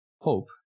hope